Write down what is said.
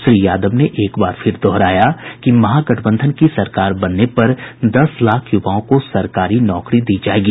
श्री यादव ने एक बार फिर दोहराया कि महागठबंधन की सरकार बनने पर दस लाख युवाओं को सरकारी नौकरी दी जायेगी